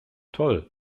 toll